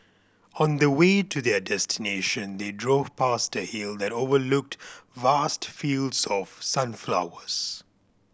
on the way to their destination they drove past a hill that overlooked vast fields of sunflowers